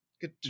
good